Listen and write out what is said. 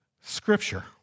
Scripture